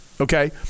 Okay